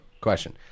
question